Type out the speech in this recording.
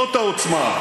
זאת העוצמה.